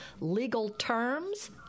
legalterms